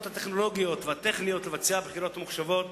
הטכנולוגיות והטכניות לבצע בחירות ממוחשבות